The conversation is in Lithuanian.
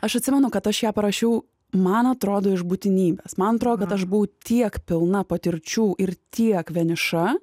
aš atsimenu kad aš ją parašiau man atrodo iš būtinybės man atrodo kad aš buvau tiek pilna patirčių ir tiek vieniša